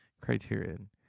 criterion